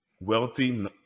wealthy